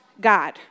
God